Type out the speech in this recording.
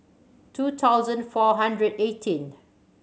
two thousand four hundred eighteenth